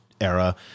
era